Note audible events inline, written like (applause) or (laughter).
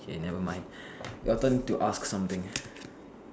okay never mind your turn to ask something (breath)